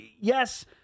yes